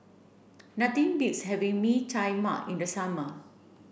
nothing beats having Mee Tai Mak in the summer